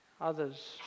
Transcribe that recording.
others